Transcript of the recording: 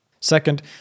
Second